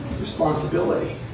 responsibility